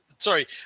Sorry